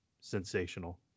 sensational